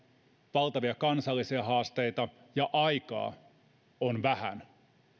valtavia kansallisia haasteita ja aikaa on vähän